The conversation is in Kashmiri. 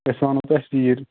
أسۍ وَنہو تۅہہِ ژیٖرۍ